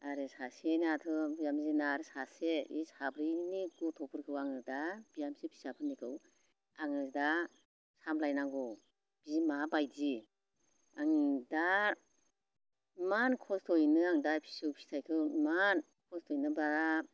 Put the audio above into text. आरो सासेनाथ' बिहामजोना आरो सासे बे साब्रैनि गथ'फोरखौ आङो दा बिहामजो फिसाफोरनिखौ आङो दा सामलायनांगौ बिमा बायदि आं दा इमान खस्थ'यैनो आं दा फिसौ फिथाइखौ इमान खस्थ'यैनो बाब